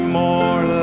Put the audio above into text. more